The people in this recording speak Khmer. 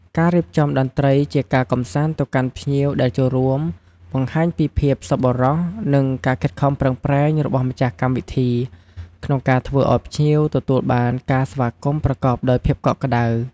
ការរៀបចំតន្ត្រីជាការកម្សាន្តទៅកាន់ភ្ញៀវដែលចូលរួម បង្ហាញពីភាពសប្បុរស និងការខិតខំប្រឹងប្រែងរបស់ម្ចាស់កម្មវិធី ក្នុងការធ្វើឱ្យភ្ញៀវទទួលបានការស្វាគមន៍ប្រកបដោយភាពកក់ក្ដៅ។